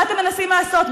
מה אתם מנסים לעשות,